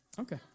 Okay